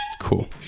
Cool